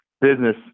business